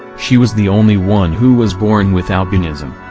she was the only one who was born with albinism.